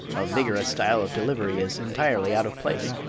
a vigorous style of delivery is entirely out of place.